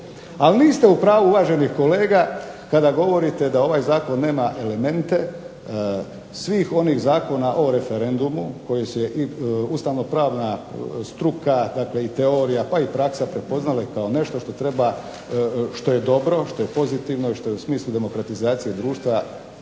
Ali niste upravu uvaženi kolega kada govorite da ovaj zakon nema elemente svih onih zakona o referendumu koje ustavnopravna struka pa i teorija i praksa prepoznala kao nešto što je dobro, što je pozitivno, što je u smislu demokratizacije društva